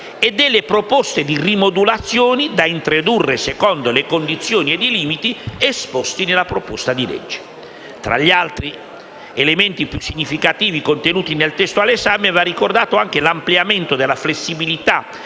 e delle proposte di rimodulazioni da introdurre secondo le condizioni e i limiti esposti nella proposta di legge. Tra gli altri elementi più significativi contenuti nel testo all'esame va ricordato anche l'ampliamento della flessibilità